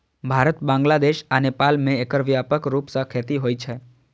भारत, बांग्लादेश आ नेपाल मे एकर व्यापक रूप सं खेती होइ छै